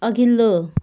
अघिल्लो